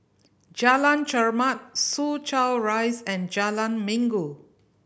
Jalan Chermat Soo Chow Rise and Jalan Minggu